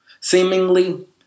Seemingly